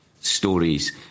stories